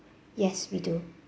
yes we do